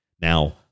Now